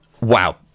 wow